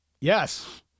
Yes